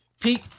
Pete